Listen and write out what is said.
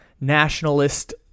nationalist